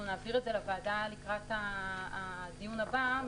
אנחנו נעביר את זה לוועדה לקראת הדיון הבא,